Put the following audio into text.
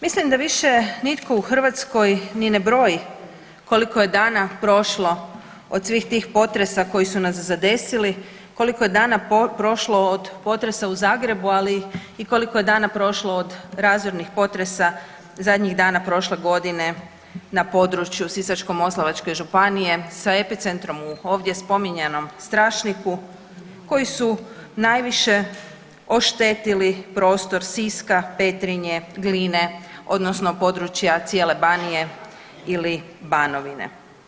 Mislim da više nitko u Hrvatskoj ni ne broji koliko je dana prošlo od svih tih potresa koji su nas zadesili, koliko je dana prošlo od potresa u Zagrebu, ali koliko je dana prošlo od razornih potresa zadnjih dana prošle godine na području Sisačko-moslavačke Županije, sa epicentrom u ovdje spominjanom Strašniku, koji su najviše oštetili prostor Siska, Petrinje, Gline, odnosno područja cijene Banije ili Banovine.